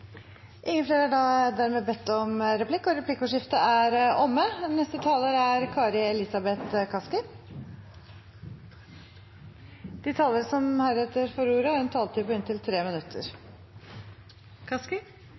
Replikkordskiftet er omme. De talere som heretter får ordet, har en taletid på inntil 3 minutter.